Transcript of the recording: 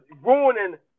ruining